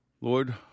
Lord